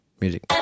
music